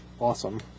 awesome